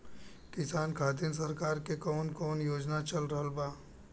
किसान खातिर सरकार क कवन कवन योजना चल रहल बा?